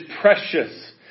precious